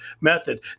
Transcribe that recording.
method